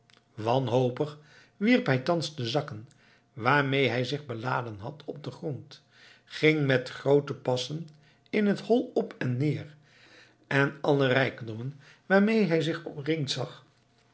wanhopig wierp hij thans de zakken waarmee hij zich beladen had op den grond ging met groote passen in het hol op en neer en alle rijkdommen waarmee hij zich omringd zag